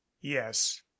yes